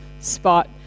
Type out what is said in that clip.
spot